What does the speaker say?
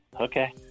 Okay